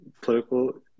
political